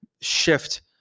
shift